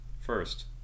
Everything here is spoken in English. First